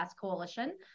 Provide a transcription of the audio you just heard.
coalition